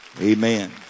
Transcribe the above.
Amen